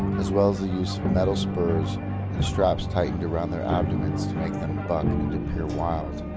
as well as the use of metal spurs and straps tightened around their abdomens, to make them buck and appear wild.